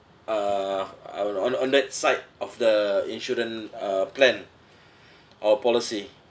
uh on on on that side of the insurance uh plan or policy